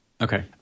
Okay